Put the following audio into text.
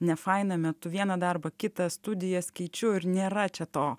ne faina metu vieną darbą kitą studijas keičiu ar nėra čia to